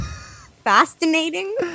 Fascinating